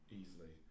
easily